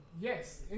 Yes